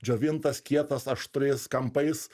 džiovintas kietas aštriais kampais